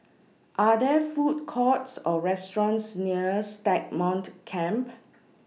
Are There Food Courts Or restaurants near Stagmont Camp